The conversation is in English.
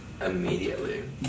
immediately